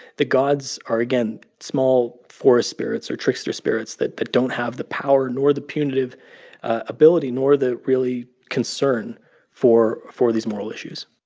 the gods are, again, small, forest spirits or trickster spirits that but don't have the power, nor the punitive ability nor the, really, concern for for these moral issues